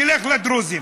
תלך לדרוזים.